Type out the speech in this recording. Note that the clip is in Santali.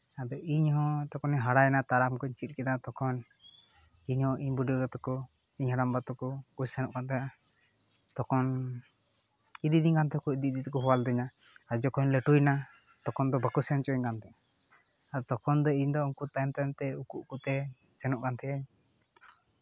ᱟᱫᱚ ᱤᱧ ᱦᱚᱸ ᱛᱚᱠᱷᱚᱱᱤᱧ ᱦᱟᱨᱟᱭᱮᱱᱟ ᱛᱟᱲᱟᱢ ᱠᱚᱧ ᱪᱮᱫ ᱠᱮᱫᱟ ᱛᱚᱠᱷᱚᱱ ᱤᱧᱦᱚᱸ ᱤᱧ ᱵᱩᱰᱤᱜᱚ ᱛᱟᱠᱚ ᱤᱧ ᱦᱟᱲᱟᱢᱵᱟ ᱛᱟᱠᱚ ᱠᱚ ᱥᱮᱱᱚᱜ ᱠᱟᱱ ᱛᱟᱦᱮᱸᱜ ᱛᱚᱠᱷᱚᱱ ᱤᱫᱤ ᱫᱤᱧ ᱠᱟᱱ ᱛᱟᱦᱮᱸᱜ ᱠᱚ ᱤᱫᱤ ᱤᱫᱤ ᱛᱮᱠᱚ ᱦᱮᱣᱟ ᱞᱤᱫᱤᱧᱟ ᱟᱨ ᱡᱚᱠᱷᱚᱱᱤᱧ ᱞᱟᱹᱴᱩᱭᱮᱱᱟ ᱛᱚᱠᱷᱚᱱ ᱫᱚ ᱵᱟᱠᱚ ᱥᱮᱱ ᱦᱚᱪᱚᱧ ᱠᱟᱱ ᱛᱟᱦᱮᱸᱜ ᱟᱨ ᱛᱚᱠᱷᱚᱱ ᱫᱚ ᱤᱧ ᱫᱚ ᱩᱱᱠᱩ ᱛᱟᱭᱚᱢ ᱛᱟᱭᱚᱢ ᱛᱮ ᱩᱠᱩ ᱩᱠᱩᱛᱮ ᱥᱮᱱᱚᱜ ᱠᱟᱱ ᱛᱟᱦᱮᱸ ᱱᱤᱧ